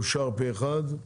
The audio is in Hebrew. אושר פה אחד.